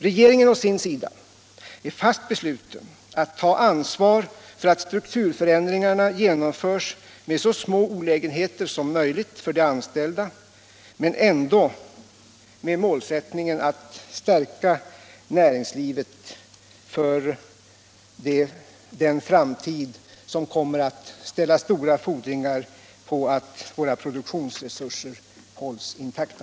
Regeringen å sin sida är fast besluten att ta ansvar för att strukturförändringarna genomförs med så små olägenheter som möjligt för de anställda men med målet att ändå stärka näringslivet för den framtid som kommer att ställa stora fordringar på att våra produktionsresurser hålls intakta.